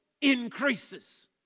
increases